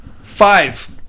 five